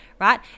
right